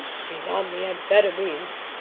ah she's on the amphetamines.